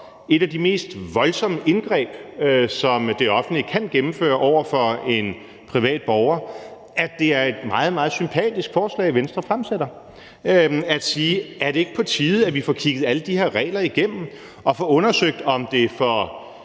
et af de mest voldsomme indgreb, som det offentlige kan gennemføre over for en privat borger, at det er et meget, meget sympatisk forslag, Venstre har fremsat, altså at sige: Er det ikke på tide, at vi får kigget alle de her regler igennem og får undersøgt, om det for